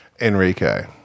Enrique